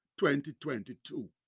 2022